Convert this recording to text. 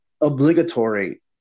obligatory